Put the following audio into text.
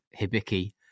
hibiki